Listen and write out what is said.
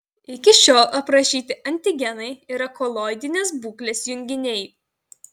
iki šiol aprašyti antigenai yra koloidinės būklės junginiai